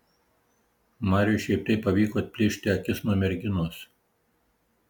mariui šiaip taip pavyko atplėšti akis nuo merginos